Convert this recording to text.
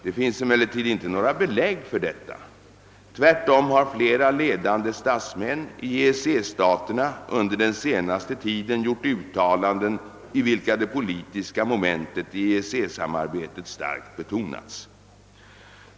Det finns emellertid inte några belägg för detta. Tvärtom har flera ledande statsmän i EEC-staterna under den senaste tiden gjort uttalanden, i vilka det politiska momentet i EEC samarbetet starkt betonats.